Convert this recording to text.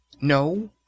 No